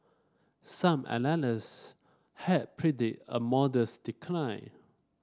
some analyst had predict a modest decline